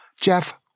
Jeff